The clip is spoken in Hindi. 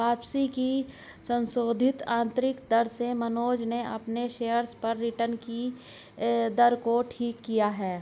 वापसी की संशोधित आंतरिक दर से मनोज ने अपने शेयर्स पर रिटर्न कि दर को ठीक किया है